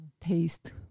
taste